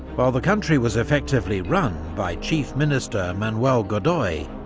while the country was effectively run by chief minister manuel godoy,